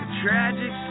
tragic